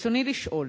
רצוני לשאול: